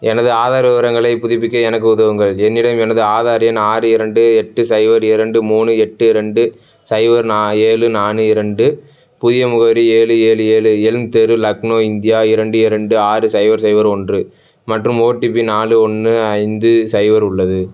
எனது ஆதார் விவரங்களைப் புதுப்பிக்க எனக்கு உதவுங்கள் என்னிடம் எனது ஆதார் எண் ஆறு இரண்டு எட்டு சைபர் இரண்டு மூணு எட்டு ரெண்டு சைபர் நா ஏழு நானு இரண்டு புதிய முகவரி ஏழு ஏழு ஏழு எல்ம் தெரு லக்னோ இந்தியா இரண்டு இரண்டு ஆறு சைபர் சைபர் ஒன்று மற்றும் ஓடிபி நாலு ஒன்று ஐந்து சைபர் உள்ளது